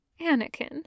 Anakin